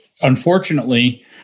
unfortunately